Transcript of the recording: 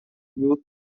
youth